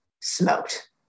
smoked